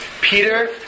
Peter